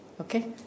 Okay